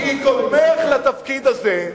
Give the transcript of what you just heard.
קודמייך בתפקיד הזה,